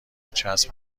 چسب